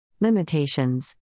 Limitations